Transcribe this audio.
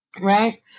Right